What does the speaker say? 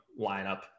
lineup